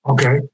Okay